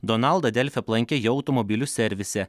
donaldą delfi aplankė jo automobilių servise